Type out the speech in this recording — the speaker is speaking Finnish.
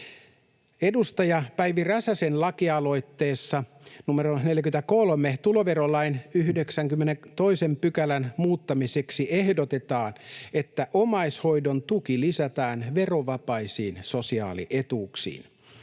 Edustaja Päivi Räsäsen lakialoitteessa 43 tuloverolain 92 §:n muuttamiseksi ehdotetaan, että omaishoidon tuki lisätään verovapaisiin sosiaalietuuksiin.